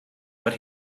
but